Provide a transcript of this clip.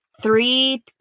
Three